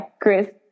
Chris